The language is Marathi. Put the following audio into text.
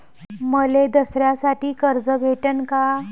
मले दसऱ्यासाठी कर्ज भेटन का?